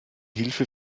hilfe